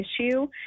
issue